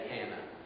Hannah